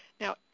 Now